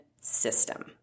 system